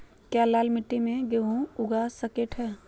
क्या लाल मिट्टी में गेंहु उगा स्केट है?